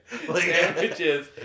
sandwiches